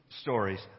stories